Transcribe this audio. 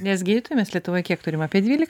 nes gydytojų mes lietuvoj kiek turim apie dvylika